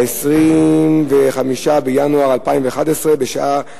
25 בינואר 2011, בשעה